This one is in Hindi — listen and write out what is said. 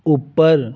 ऊपर